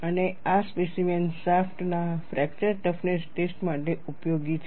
અને આ specimen shaft ના ફ્રેક્ચર ટફનેસ ટેસ્ટ માટે ઉપયોગી છે